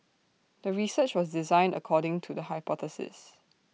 the research was designed according to the hypothesis